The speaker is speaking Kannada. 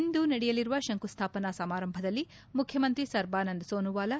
ಇಂದು ನಡೆಯು ಶಂಕುಸ್ಥಾಪನಾ ಸಮಾರಂಭದಲ್ಲಿ ಮುಖ್ಯಮಂತ್ರಿ ಸರ್ಬಾನಂದ ಸೋನುವಾಲಾ